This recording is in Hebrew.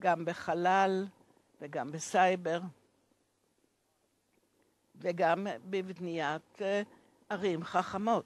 מחלל ואבטחת סייבר עד לבניית ערים חכמות.